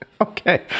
Okay